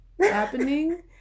happening